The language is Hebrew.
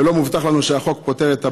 ולא מובטח לנו שהחוק פותר את הבעיה.